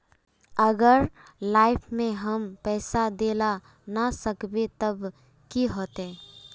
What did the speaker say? अगर लाइफ में हम पैसा दे ला ना सकबे तब की होते?